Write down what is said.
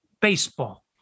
Baseball